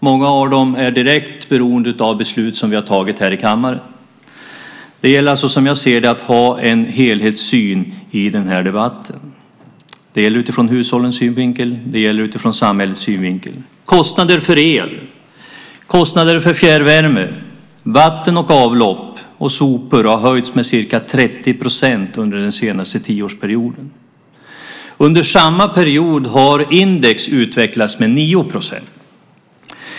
Många av dem är direkt beroende av beslut som vi har tagit här i kammaren. Som jag ser det gäller det alltså att ha en helhetssyn i den här debatten, utifrån hushållens och utifrån samhällets synvinkel. Kostnaderna för el, för fjärrvärme, för vatten och avlopp och för sopor har höjts med ca 30 % under den senaste tioårsperioden. Under samma period har index utvecklats med 9 %.